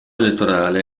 elettorale